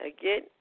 Again